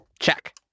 Check